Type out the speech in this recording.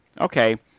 Okay